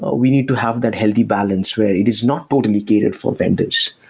ah we need to have that healthy balance where it is not totally catered for vendors.